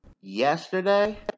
yesterday